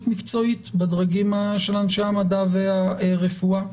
מקצועית בדרגים של אנשי המדע והרפואה.